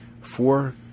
Four